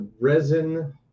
resin